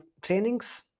trainings